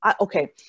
Okay